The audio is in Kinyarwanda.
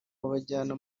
babajyana